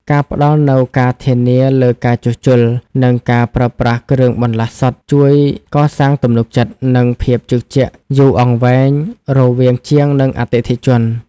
ការផ្តល់នូវការធានាលើការជួសជុល និងការប្រើប្រាស់គ្រឿងបន្លាស់សុទ្ធ ជួយកសាងទំនុកចិត្ត និងភាពជឿជាក់យូរអង្វែងរវាងជាង និងអតិថិជន។